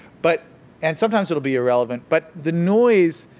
but and sometimes it'll be irrelevant, but the noise,